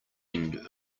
end